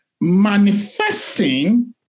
manifesting